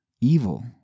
evil